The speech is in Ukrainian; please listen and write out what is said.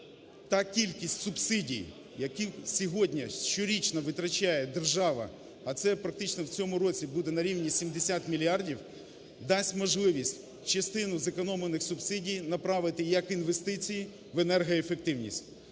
Та кількість субсидій, які сьогодні, щорічно витрачає держава, а це практично в цьому році буде на рівні 70 мільярдів, дасть можливість частину зекономлених субсидій направити як інвестиції в енергоефективність.